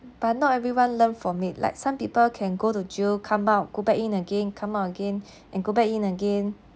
but not everyone learn from it like some people can go to jail come out go back in again come out again and go back in again